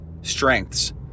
strengths